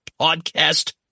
podcast